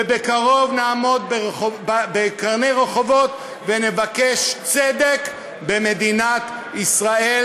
ובקרוב נעמוד בקרנות רחובות ונבקש צדק במדינת ישראל,